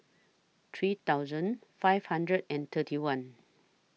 three thousand five hundred and thirty one